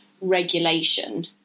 regulation